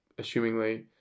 assumingly